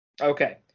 okay